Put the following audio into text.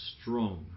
strong